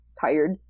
tired